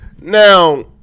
Now